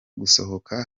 gusohoka